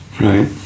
Right